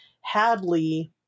Hadley